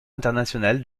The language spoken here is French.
international